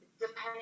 depending